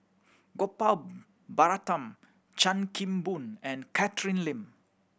Gopal Baratham Chan Kim Boon and Catherine Lim